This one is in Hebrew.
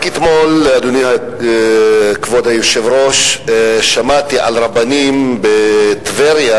רק אתמול, כבוד היושב-ראש, שמעתי על רבנים בטבריה